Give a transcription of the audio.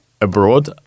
abroad